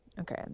Okay